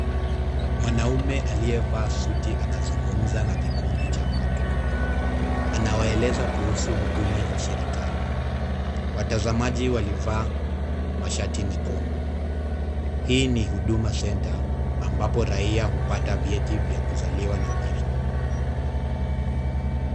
Mwanaume aliyevaa suti anazungumza na kikundi cha watu. Anawaeleza kuhusu huduma za serikali. Watazamaji walivaa mashati mekundu. Hii ni Huduma Center ambapo raia hupata vyeti vya kuzaliwa na vifo.